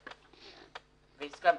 והסכמתי.